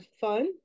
fun